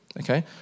Okay